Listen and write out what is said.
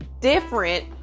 different